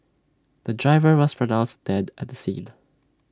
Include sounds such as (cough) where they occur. the driver was pronounced dead at the scene (noise)